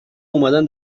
اومدن